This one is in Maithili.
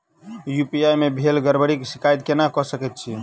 यु.पी.आई मे भेल गड़बड़ीक शिकायत केना कऽ सकैत छी?